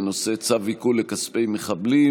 בנושא צו עיקול כספי מחבלים.